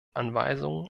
anweisungen